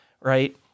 right